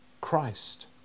Christ